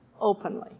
openly